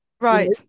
right